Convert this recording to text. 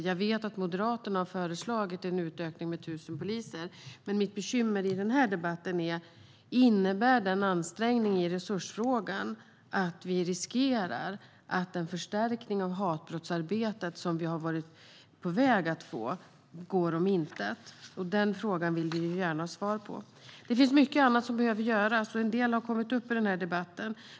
Jag vet att Moderaterna har föreslagit en utökning med 1 000 poliser. Men mitt bekymmer i den här debatten är: Innebär den ansträngningen i resursfrågan att vi riskerar att den förstärkning av hatbrottsarbetet som vi har varit på väg att få går om intet? Den frågan vill vi gärna ha svar på. Det finns mycket annat som behöver göras. En del har kommit upp i den här debatten.